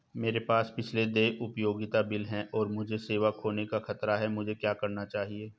मेरे पास पिछले देय उपयोगिता बिल हैं और मुझे सेवा खोने का खतरा है मुझे क्या करना चाहिए?